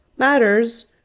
Matters